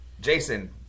jason